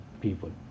people